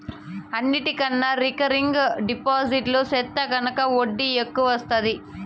అన్నిటికన్నా recurring deposit సెత్తే గనక ఒడ్డీ ఎక్కవొస్తాది